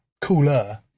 Cooler